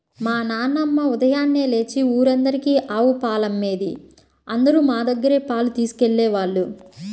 మా నాన్నమ్మ ఉదయాన్నే లేచి ఊరందరికీ ఆవు పాలమ్మేది, అందరూ మా దగ్గరే పాలు తీసుకెళ్ళేవాళ్ళు